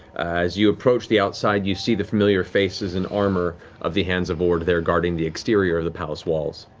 as you approach the outside, you see the familiar faces and armor of the hands of ord there, guarding the exterior of the palace walls.